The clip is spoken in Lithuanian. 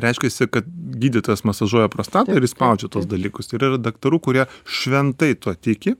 reiškiasi kad gydytojas masažuoja prostatą ir išspaudžia tuos dalykus ir yra daktarų kurie šventai tuo tiki